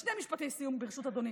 שני משפטי סיום, ברשות אדוני.